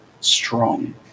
strong